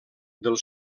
del